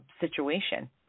situation